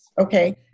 Okay